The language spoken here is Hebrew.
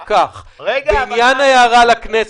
בעניין ההערה לכנסת,